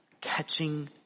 catching